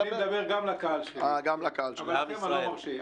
אני מדבר גם לקהל שלי, אבל לכם אני לא מרשה.